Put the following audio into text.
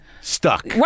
stuck